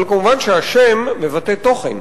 אבל מובן שהשם מבטא תוכן,